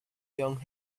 young